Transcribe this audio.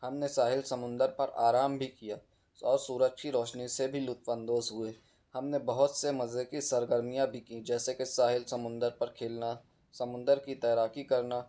ہم نے ساحل سمندر پر آرام بھی کیا اور سورج کی روشنی سے بھی لطف اندوز ہوئے ہم نے بہت سے مزے کی سرگرمیاں بھی کیں جیسے کہ ساحل سمندر پر کیھلنا سمندر کی تیراکی کرنا